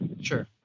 Sure